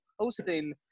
posting